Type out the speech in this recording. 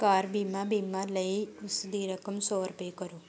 ਕਾਰ ਬੀਮਾ ਬੀਮਾ ਲਈ ਉਸ ਦੀ ਰਕਮ ਸੌ ਰੁਪਏ ਕਰੋ